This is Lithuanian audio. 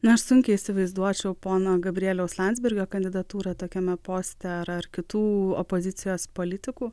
na aš sunkiai įsivaizduočiau pono gabrieliaus landsbergio kandidatūrą tokiame poste ar ar kitų opozicijos politikų